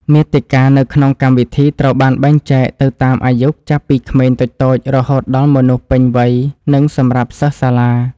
មាតិកានៅក្នុងកម្មវិធីត្រូវបានបែងចែកទៅតាមអាយុចាប់ពីក្មេងតូចៗរហូតដល់មនុស្សពេញវ័យ និង សម្រាប់សិស្សសាលា។